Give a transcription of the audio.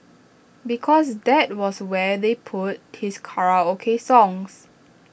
because that was where they put his karaoke songs